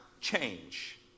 change